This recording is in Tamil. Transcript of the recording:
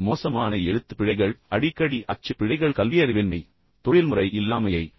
மேலும் மோசமான எழுத்துப்பிழைகள் மற்றும் அடிக்கடி அச்சுப் பிழைகள் கல்வியறிவின்மை மற்றும் தொழில்முறை இல்லாமை ஆகியவற்றைப்